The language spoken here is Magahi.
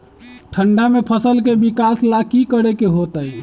ठंडा में फसल के विकास ला की करे के होतै?